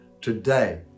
today